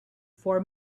for